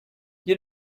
you